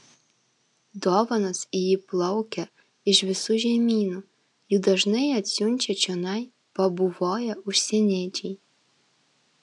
dovanos į jį plaukia iš visų žemynų jų dažnai atsiunčia čionai pabuvoję užsieniečiai